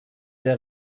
der